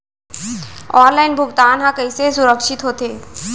Online भुगतान हा कइसे सुरक्षित होथे?